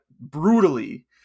brutally